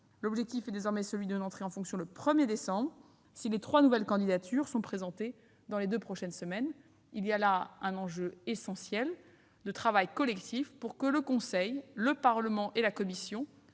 L'objectif est désormais le 1 décembre, si les trois nouvelles candidatures sont présentées dans les deux prochaines semaines. C'est un enjeu essentiel de travail collectif pour que le Conseil, le Parlement et la Commission